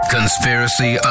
Conspiracy